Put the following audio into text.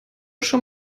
schon